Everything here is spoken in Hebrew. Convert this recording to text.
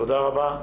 תודה רבה.